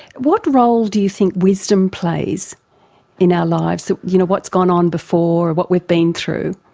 what role do you think wisdom plays in our lives, so you know what's gone on before, what we've been through?